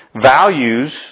Values